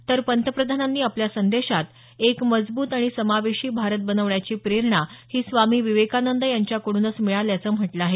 तर पंतप्रधानांनी आपल्या संदेशात एक मजब्रत आणि समावेशी भारत बनवण्याची प्रेरणा ही स्वामी विवेकानंद यांच्याकड्रनच मिळाल्याचं म्हटलं आहे